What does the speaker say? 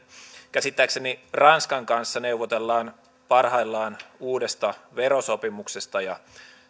käsittääkseni ranskan kanssa neuvotellaan parhaillaan uudesta verosopimuksesta ja